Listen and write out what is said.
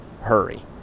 hurry